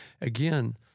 again